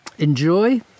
Enjoy